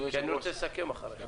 כי אני רוצה לסכם אחריך.